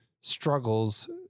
struggles